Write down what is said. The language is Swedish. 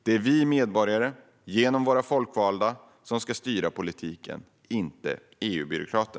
Det är vi medborgare, genom våra folkvalda, som ska styra politiken, inte EU-byråkrater.